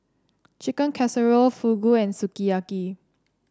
Chicken Casserole Fugu and Sukiyaki